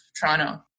Toronto